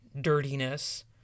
dirtiness